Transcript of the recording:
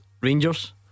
Rangers